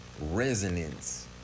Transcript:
resonance